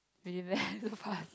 really meh so fun